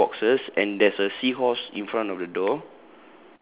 blue boxes and there's a seahorse in front of the door